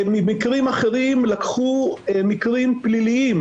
במקרים אחרים לקחו מקרים פליליים,